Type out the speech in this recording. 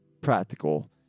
practical